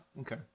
Okay